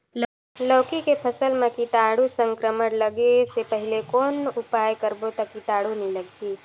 लौकी के फसल मां कीटाणु संक्रमण लगे से पहले कौन उपाय करबो ता कीटाणु नी लगही?